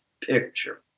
picture